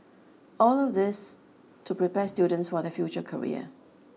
all of this to prepare students for their future career